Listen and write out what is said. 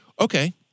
Okay